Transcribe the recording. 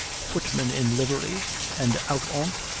footman in livery and out on't,